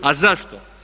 A zašto?